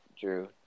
Drew